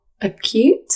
acute